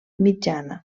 mitjana